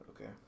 Okay